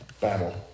battle